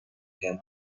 her